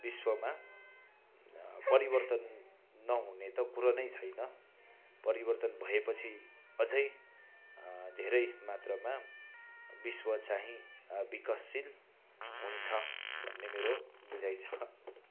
विश्वमा परिवर्तन नहुने त कुरो नै छैन परिवर्तन भए पछि अझै धेरै मात्रमा विश्व चाहिँ विकसशील हुन्छ भन्ने मेरो बुझाइ छ